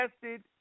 tested